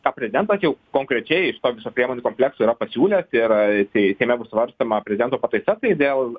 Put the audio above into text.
ką prezidentas jau konkrečiai iš to viso priemonių komplekso yra pasiūlęs ir ir seime bus svarstoma prezidento pataisa tai dėl